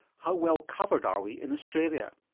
how well covered are we in australia?